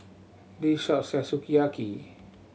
this shop sell Sukiyaki